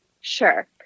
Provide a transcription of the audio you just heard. Sure